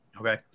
Okay